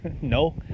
No